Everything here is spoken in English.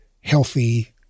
healthy